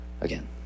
again